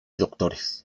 doctores